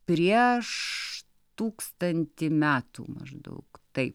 prieš tūkstantį metų maždaug taip